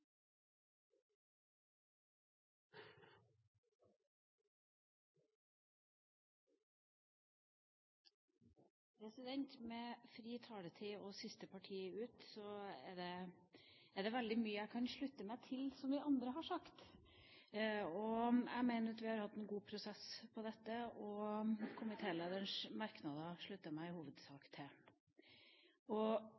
det veldig mye jeg kan slutte meg til som de andre har sagt. Jeg mener at vi har hatt en god prosess på dette, og komitélederens merknader slutter jeg meg i hovedsak